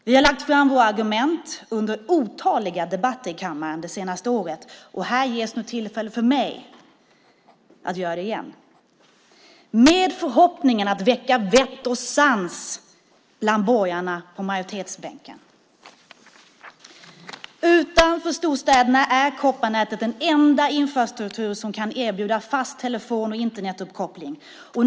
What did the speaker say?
Vi har lagt fram våra argument under otaliga debatter i kammaren det senaste året, och här ges nu tillfälle för mig att göra det igen - med förhoppningen att väcka borgarna på majoritetsbänken till vett och sans! Utanför storstäderna är kopparnätet den enda infrastruktur som kan erbjuda fast telefon och Internetuppkoppling.